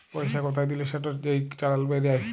পইসা কোথায় দিলে সেটর যে ইক চালাল বেইরায়